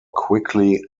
quickly